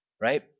Right